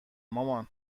مامان